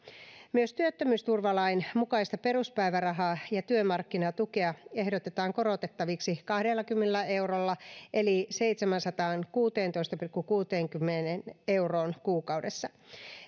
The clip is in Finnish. myös työttömyysturvalain mukaista peruspäivärahaa ja työmarkkinatukea ehdotetaan korotettaviksi kahdellakymmenellä eurolla eli seitsemäänsataankuuteentoista pilkku kuuteenkymmeneen euroon kuukaudessa